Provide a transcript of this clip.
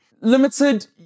limited